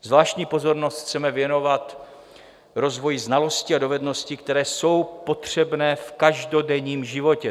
Zvláštní pozornost chceme věnovat rozvoji znalostí a dovedností, které jsou potřebné v každodenním životě.